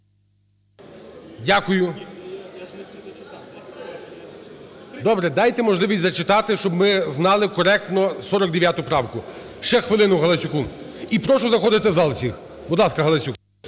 Дякую. Добре, дайте можливість зачитати, щоб ми знали коректно 49 правку, ще хвилину Галасюку. І прошу заходити в зал всіх. Будь ласка, Галасюк.